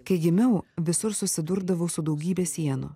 kai gimiau visur susidurdavau su daugybe sienų